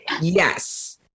yes